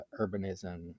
urbanism